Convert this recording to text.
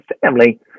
family